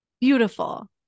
Beautiful